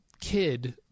kid